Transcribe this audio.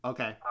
Okay